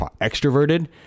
extroverted